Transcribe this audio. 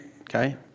Okay